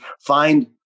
find